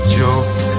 joke